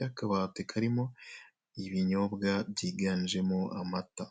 y'akabati karimo ibinyobwa byiganjemo amata.